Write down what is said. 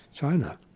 china.